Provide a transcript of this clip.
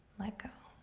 let go.